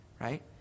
right